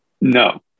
No